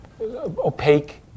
opaque